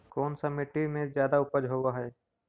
कोन सा मिट्टी मे ज्यादा उपज होबहय?